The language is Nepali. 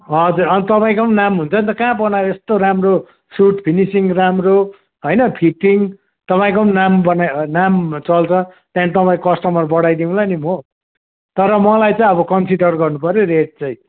हजुर अन्त तपाईँको पनि नाम हुन्छ नि त कहाँ बनायौ यस्तो राम्रो सुट फिनिसिङ राम्रो होइन फिटिङ तपाईँको पनि नाम बनाई नाम चल्छ त्यहाँदेखि तपाईँको कस्टमर बडाइदिउँला नि म तर मलाई चाहिँ अब कन्सिडर गर्नु पऱ्यो रेट चाहिँ